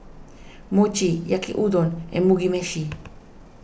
Mochi Yaki Udon and Mugi Meshi